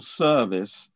service